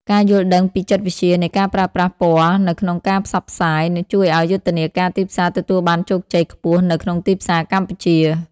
ការយល់ដឹងពីចិត្តវិទ្យានៃការប្រើប្រាស់ពណ៌នៅក្នុងការផ្សព្វផ្សាយ ជួយឱ្យយុទ្ធនាការទីផ្សារទទួលបានជោគជ័យខ្ពស់នៅក្នុងទីផ្សារកម្ពុជា។